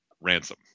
Ransom